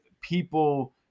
people